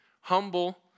humble